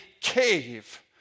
cave